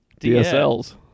DSLs